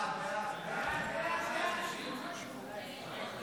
סעיף 1 נתקבל.